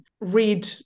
read